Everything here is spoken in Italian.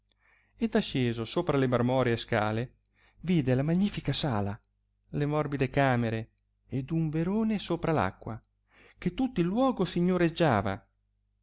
ed asceso sopra le marmoree scale vidde la magnifica sala le morbide camere ed un verone sopra l'acqua che tutto il luogo signoreggiava